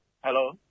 Hello